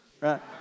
Right